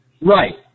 Right